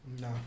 no